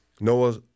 Noah